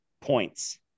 points